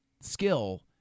skill